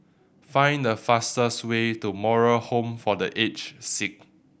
find the fastest way to Moral Home for The Aged Sick